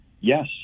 Yes